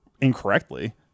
incorrectly